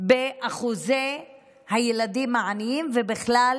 באחוזי הילדים העניים ובכלל